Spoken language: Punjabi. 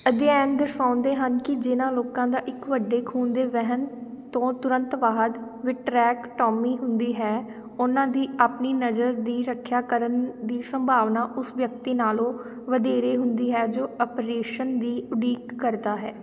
ਅਧਿਐਨ ਦਰਸਾਉਂਦੇ ਹਨ ਕਿ ਜਿਨ੍ਹਾਂ ਲੋਕਾਂ ਦਾ ਇੱਕ ਵੱਡੇ ਖੂਨ ਦੇ ਵਹਿਣ ਤੋਂ ਤੁਰੰਤ ਬਾਅਦ ਵਿਟਰੈਕ ਟੋਮੀ ਹੁੰਦੀ ਹੈ ਉਨ੍ਹਾਂ ਦੀ ਆਪਣੀ ਨਜ਼ਰ ਦੀ ਰੱਖਿਆ ਕਰਨ ਦੀ ਸੰਭਾਵਨਾ ਉਸ ਵਿਅਕਤੀ ਨਾਲੋਂ ਵਧੇਰੇ ਹੁੰਦੀ ਹੈ ਜੋ ਅਪ੍ਰੇਸ਼ਨ ਦੀ ਉਡੀਕ ਕਰਦਾ ਹੈ